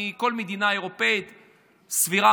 מכל מדינה אירופית סבירה,